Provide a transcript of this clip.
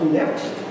next